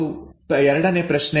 ಇದು ಎರಡನೇ ಪ್ರಶ್ನೆ